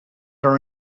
our